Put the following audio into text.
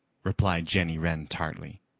replied jenny wren tartly.